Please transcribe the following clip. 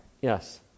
Yes